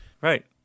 Right